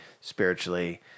spiritually